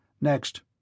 Next